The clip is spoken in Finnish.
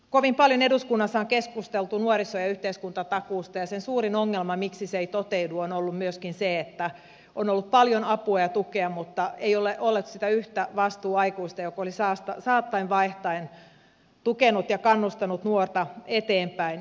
kovin paljon eduskunnassa on keskusteltu nuoriso ja yhteiskuntatakuusta ja suurin ongelma miksi se ei toteudu on ollut se että on ollut paljon apua ja tukea mutta ei ole ollut sitä yhtä vastuuaikuista joka olisi saattaen vaihtaen tukenut ja kannustanut nuorta eteenpäin